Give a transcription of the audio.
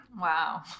Wow